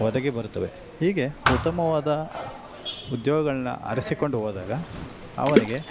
ಒದಗಿ ಬರುತ್ತವೆ ಹೀಗೆ ಉತ್ತಮವಾದ ಉದ್ಯೋಗಗಳನ್ನ ಅರಸಿಕೊಂಡು ಹೋದಾಗ ಅವನಿಗೆ